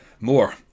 more